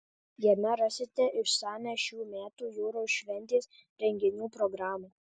jame rasite išsamią šių metų jūros šventės renginių programą